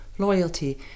Loyalty